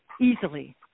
easily